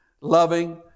loving